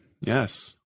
yes